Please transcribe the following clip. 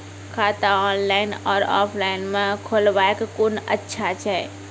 खाता ऑनलाइन और ऑफलाइन म खोलवाय कुन अच्छा छै?